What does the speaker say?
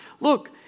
Look